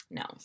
no